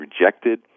rejected